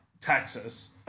Texas